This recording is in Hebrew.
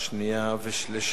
נתקבלה.